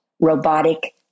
robotic